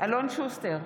אלון שוסטר,